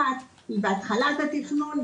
אחת בהתחלת התכנון,